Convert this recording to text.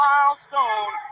Milestone